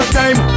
time